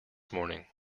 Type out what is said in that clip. morning